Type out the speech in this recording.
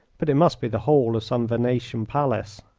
but it must be the hall of some venetian palace.